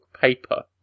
Paper